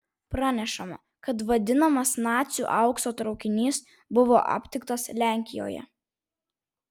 pranešama kad vadinamas nacių aukso traukinys buvo aptiktas lenkijoje